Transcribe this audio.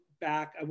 back